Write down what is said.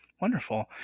Wonderful